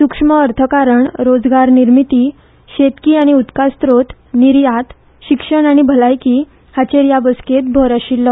सुक्ष्म अर्थकारण रोजगार निर्मिती शेतकी आनी उदकास्रोत निर्यात शिक्षण आनी भलायकी हाचेर हे बसकेंत भर आशिल्लो